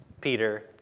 Peter